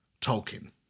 Tolkien